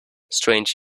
strange